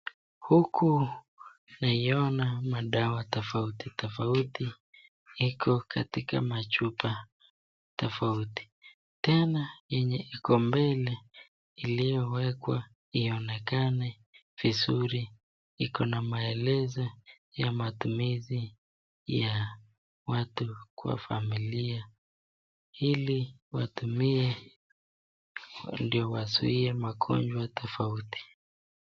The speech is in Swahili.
Huku naiona madawa tofauti tofauti iko katika machupa tofauti tena yenye iko mbele iliyowekwa iyonekane vizuri iko na maelezo ya matumizi ya watu kwa familia ili watumie ndio wazuie magonjwa tofauti.